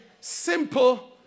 simple